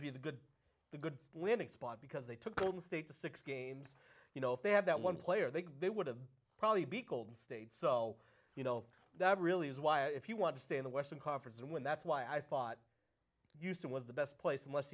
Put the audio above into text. be the good the good winning spot because they took home state to six games you know if they had that one player that they would have probably be called state so you know that really is why if you want to stay in the western conference and win that's why i thought you said it was the best place